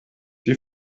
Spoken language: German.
die